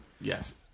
Yes